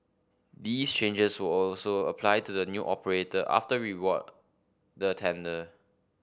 these changes will also apply to the new operator after we award the tender